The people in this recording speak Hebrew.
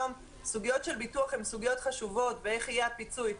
סוגיות של ביטוח הן סוגיות חשובות ואיך יהיה הפיצוי,